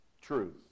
truth